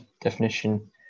definition